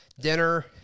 Dinner